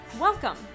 Welcome